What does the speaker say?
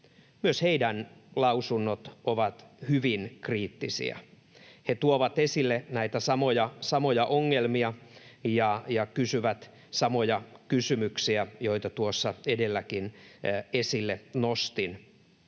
Myös heidän lausuntonsa ovat hyvin kriittisiä. He tuovat esille näitä samoja ongelmia ja kysyvät samoja kysymyksiä, joita tuossa edelläkin esille nostin.